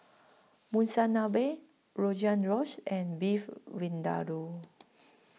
Monsunabe Rogan Josh and Beef Vindaloo